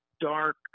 dark